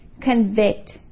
convict